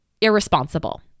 irresponsible